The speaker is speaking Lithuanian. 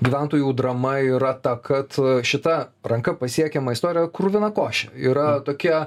gyventojų drama yra ta kad šita ranka pasiekiama istorija kruvina košė yra tokia